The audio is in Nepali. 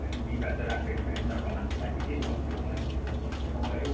बिहिवार चाहिँ राखिदिएको छ अरे नि त कमानको लागि कि बस्तीहरूकोलाई सस्तो पाउँछ अरे हौ